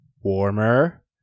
Warmer